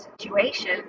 situation